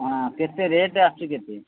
ହଁ କେତେ ରେଟ୍ ଆସୁଛି କେତେ